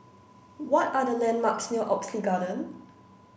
what are the landmarks near Oxley Garden